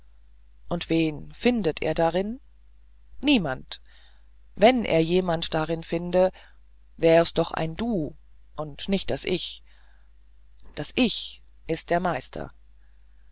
und wen findet er darin niemand wenn er jemand darin fände wär's doch ein du und nicht das ich das ich ist der meister